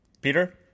Peter